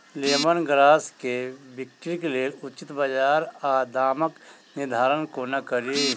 Lemon grass केँ बिक्रीक लेल उचित बजार आ दामक निर्धारण कोना कड़ी?